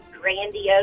grandiose